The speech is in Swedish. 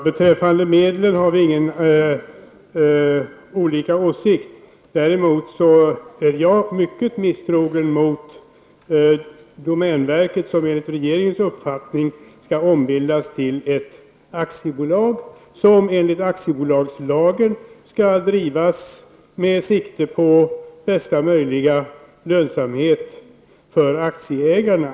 Herr talman! Om detta har vi inte olika åsikt. Däremot är jag mycket misstrogen mot domänverket, som enligt regeringens uppfattning skall ombildas till ett aktiebolag, som enligt aktiebolagslagen skall drivas med sikte på bästa möjliga lönsamhet för aktieägarna.